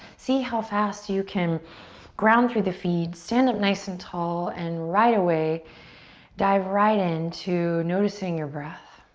see how fast you can ground through the feet, stand up nice and tall and right away dive right into noticing your breath.